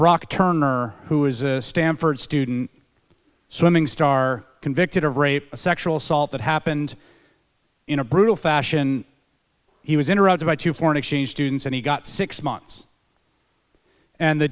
brock turner who is a stanford student swimming star convicted of rape a sexual assault that happened in a brutal fashion he was interrupted by two foreign exchange students and he got six months and the